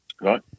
Right